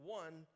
one